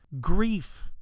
grief